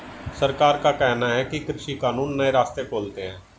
सरकार का कहना है कि कृषि कानून नए रास्ते खोलते है